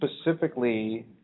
specifically